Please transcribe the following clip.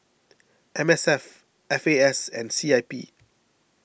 M S F F A S and C I P